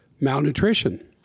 malnutrition